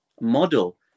model